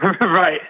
right